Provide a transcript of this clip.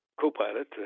co-pilot